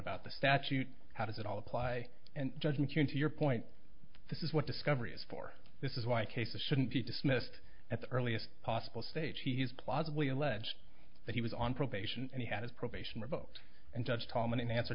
about the statute how does it all apply and judge mccune to your point this is what discovery is for this is why cases shouldn't be dismissed at the earliest possible stage he's plausibly alleged that he was on probation and he had his probation revoked and judge tallman in answer